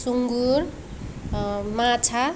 सुँगुर माछा